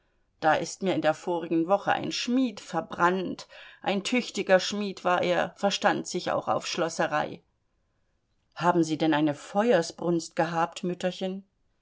da ist mir in der vorigen woche ein schmied verbrannt ein tüchtiger schmied war er verstand sich auch auf schlosserei haben sie denn eine feuersbrunst gehabt mütterchen